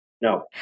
No